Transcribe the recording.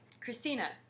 Christina